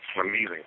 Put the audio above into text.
Amazing